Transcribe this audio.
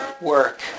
work